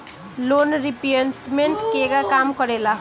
Loan repayment केगा काम करेला?